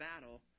battle